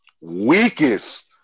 weakest